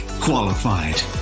qualified